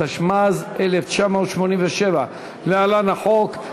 התשמ"ז 1987 (להלן: החוק),